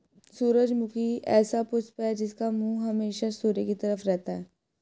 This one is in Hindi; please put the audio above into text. सूरजमुखी ऐसा पुष्प है जिसका मुंह हमेशा सूर्य की तरफ रहता है